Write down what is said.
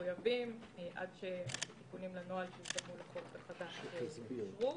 עד שהתיקונים לנוהל שמצוי בחוק החדש יאושרו.